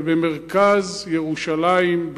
ובמרכז ירושלים,